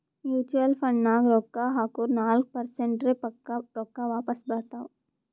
mutual ಫಂಡ್ನಾಗ್ ರೊಕ್ಕಾ ಹಾಕುರ್ ನಾಲ್ಕ ಪರ್ಸೆಂಟ್ರೆ ಪಕ್ಕಾ ರೊಕ್ಕಾ ವಾಪಸ್ ಬರ್ತಾವ್